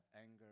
anger